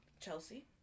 Chelsea